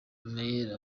email